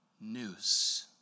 news